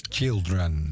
Children